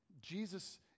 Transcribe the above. Jesus